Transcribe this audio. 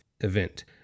event